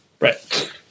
Right